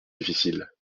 difficiles